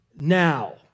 now